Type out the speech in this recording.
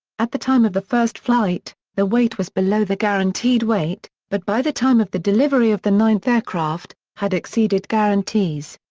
at the time of the first flight, the weight was below the guaranteed weight, but by the time of the delivery of the ninth aircraft, had exceeded guarantees.